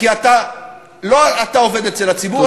לא כי אתה עובד אצל הציבור,